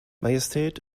majestät